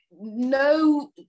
no